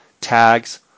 tags